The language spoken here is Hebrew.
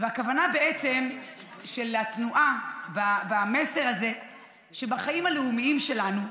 והכוונה בעצם של התנועה במסר הזה היא שבחיים הלאומיים שלנו,